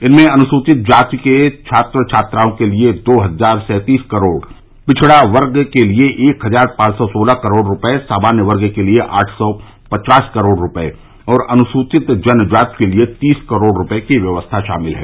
इसमें अनुसूचित जाति के छात्र छात्राओं के लिये दो हजार सैंतीस करोड़ पिछढ़ा वर्ग के लिये एक हजार पांच सौ सोलह करोड़ रूपये सामान्य वर्ग के लिये आठ सौ पचास करोड़ रूपये और अनुसूचित जनजाति के लिये तीस करोड़ रूपये की व्यवस्था शामिल है